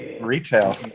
retail